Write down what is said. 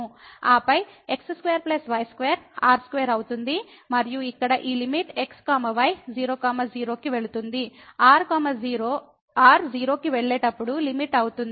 ఆపై x2 y2 r2 అవుతుంది మరియు ఇక్కడ ఈ లిమిట్ x y 00 కి వెళుతుంది r 0 కి వెళ్ళేటప్పుడు లిమిట్ అవుతుంది